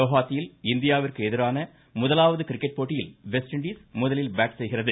குவஹாத்தியில் இந்தியாவிற்கு எதிரான முதலாவது கிரிக்கெட் போட்டியில் வெஸ்ட் இண்டீஸ் முதலில் பேட் செய்கிறது